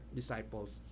disciples